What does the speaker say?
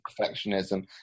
perfectionism